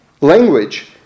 language